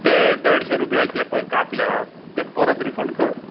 ते देडशे रुप्या जे पळय कापल्यात ते परत रिफंड कर